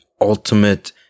ultimate